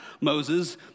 Moses